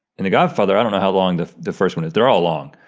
and the godfather, i don't how long the the first one is, they're all long,